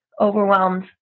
overwhelmed